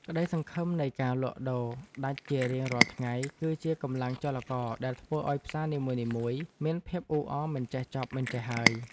ក្តីសង្ឃឹមនៃការលក់ដូរដាច់ជារៀងរាល់ថ្ងៃគឺជាកម្លាំងចលករដែលធ្វើឱ្យផ្សារនីមួយៗមានភាពអ៊ូអរមិនចេះចប់មិនចេះហើយ។